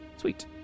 sweet